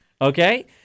Okay